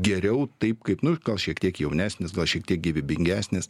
geriau taip kaip nu gal šiek tiek jaunesnis gal šiek tiek gyvybingesnis